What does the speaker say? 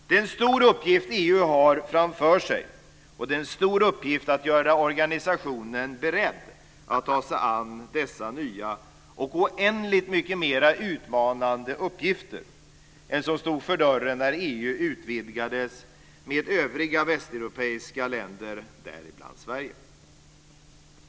Det är en stor uppgift EU har framför sig, och det är en stor uppgift att göra organisationen beredd att ta sig an dessa nya och oändligt mycket mera utmanande uppgifter än som stod för dörren när EU utvidgades med övriga västeuropeiska länder, däribland Sverige.